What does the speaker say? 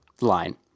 line